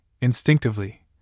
instinctively